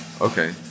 Okay